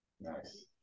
Nice